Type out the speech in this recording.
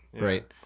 right